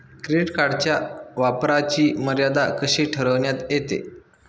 Credit कार्डच्या वापराची मर्यादा कशी ठरविण्यात येते?